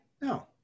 no